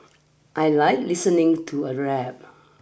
I like listening to a rap